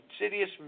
insidious